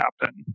happen